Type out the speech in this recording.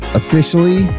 officially